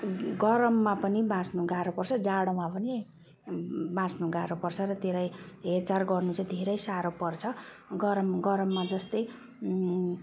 गरममा पनि बाँच्नु गाह्रो पर्छ जाडोमा पनि बाँच्नु गाह्रो पर्छ र त्यसलाई हेरचार गर्नु चाहिँ धेरै साह्रो पर्छ गरम गरममा जस्तै